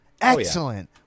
Excellent